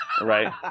Right